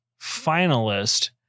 finalist